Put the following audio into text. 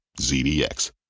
ZDX